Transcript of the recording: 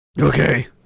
Okay